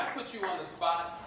put you on the spot?